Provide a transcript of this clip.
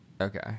Okay